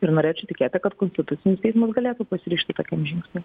ir norėčiau tikėti kad konstitucinis teismas galėtų pasiryžti tokiam žingsniui